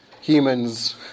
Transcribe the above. humans